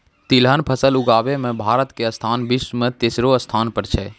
तिलहन फसल उगाबै मॅ भारत के स्थान विश्व मॅ तेसरो स्थान पर छै